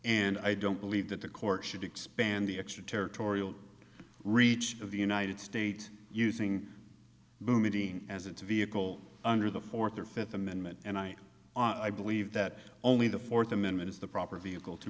and i don't believe that the court should expand the extraterritorial reach of the united states using boumediene as its vehicle under the fourth or fifth amendment and i i believe that only the fourth amendment is the proper vehicle to